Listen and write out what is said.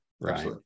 Right